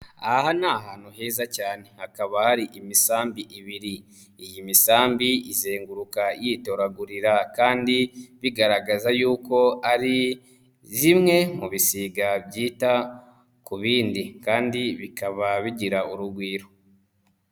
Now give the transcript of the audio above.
Aha ni ahantu heza cyane hakaba hari imisambi ibiri, iyi misambi izenguruka yitoragurira kandi bigaragaza yuko ari zimwe mu bisiga byita ku bindi kandi bikaba bigira urugwiro.